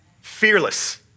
Fearless